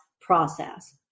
process